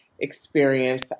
Experience